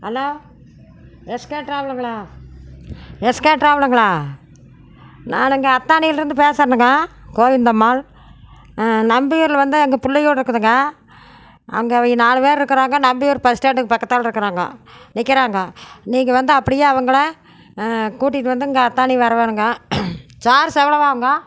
hello SK டிராவலுங்களா SK டிராவலுங்களா நான் இங்கே அத்தாணியிலிருந்து பேசகிறேன்னுங்க கோவிந்தம்மாள் நம்பியூரில் வந்து எங்கள் பிள்ளை வீடு இருக்குதுங்க அங்கே அவங்க நாலு பேர் இருக்கிறாங்க நம்பியூர் பஸ் ஸ்டாண்டுக்கு பக்கத்தில் இருக்கிறாங்க நிற்கறாங்க நீங்கள் வந்து அப்படியே அவங்ள கூட்டிகிட்டு வந்து இங்கே அத்தாணி வர வேணுங்க சார்ஜ் எவ்வளோ ஆகுங்க